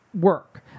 work